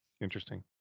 Interesting